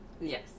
Yes